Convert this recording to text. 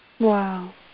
Wow